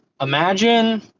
Imagine